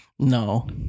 No